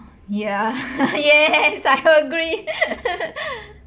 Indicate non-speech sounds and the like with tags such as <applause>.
ya <laughs> yes I agree <laughs>